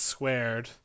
Squared